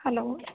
hello